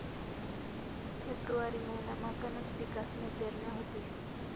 February महिनामा गनच पिकसन्या पेरण्या व्हतीस